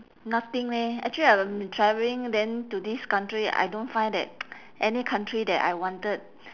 nothing leh actually I'm travelling then to this country I don't find that any country that I wanted